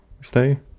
stay